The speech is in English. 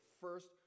first